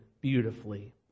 beautifully